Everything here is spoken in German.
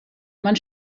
man